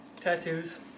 Tattoos